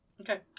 Okay